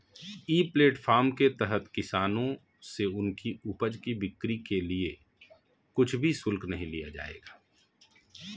ई platform के तहत किसानों से उनकी उपज की बिक्री के लिए कुछ भी शुल्क नहीं लिया जाएगा